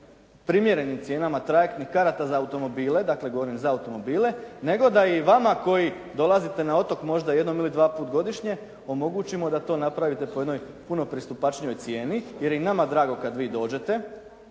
primjerenim cijenama trajektnih karata za automobile, dakle govorim za automobile nego da i vama koji dolazite na otok možda jednom ili dva put godišnje omogućimo da to napravite po jednoj puno pristupačnijoj cijeni jer je i nama drago kad vi dođete